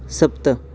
सप्त